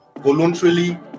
voluntarily